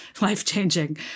life-changing